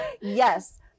Yes